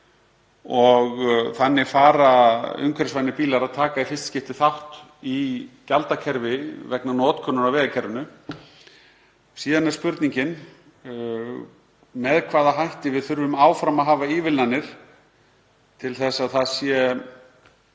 Þannig fara umhverfisvænir bílar að taka þátt í gjaldakerfi í fyrsta skipti vegna notkunar á vegakerfinu. Síðan er spurning með hvaða hætti við þurfum áfram að hafa ívilnanir til þess að það sé